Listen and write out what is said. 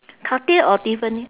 cartier or tiffany